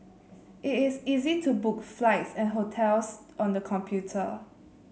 it is easy to book flights and hotels on the computer